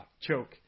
choke